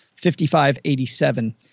5587